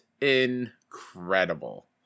incredible